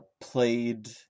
played